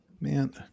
Man